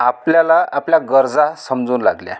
आपल्याला आपल्या गरजा समजू लागल्या